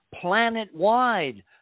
planet-wide